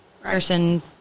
person